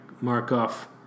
Markov